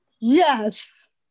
Yes